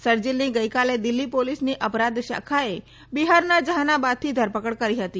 શરજીલ ગઇકાલે દિલ્ફી પોલીસની અપરાધ શાખાએ બિહારના જહાનાબાદથી ધરપકડ કરી હતી